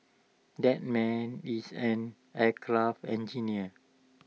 that man is an aircraft engineer